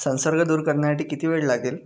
संसर्ग दूर करण्यासाठी किती वेळ लागेल?